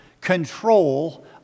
control